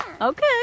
Okay